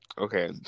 okay